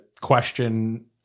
question